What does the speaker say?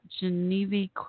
Genevieve